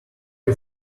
you